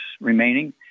remaining